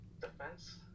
defense